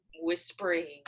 whispering